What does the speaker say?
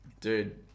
dude